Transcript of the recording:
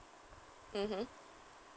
mmhmm